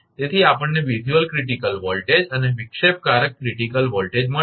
તેથી આપણને visual critical voltage અને વિક્ષેપકારક ક્રિટીકલ વોલ્ટેજ મળ્યો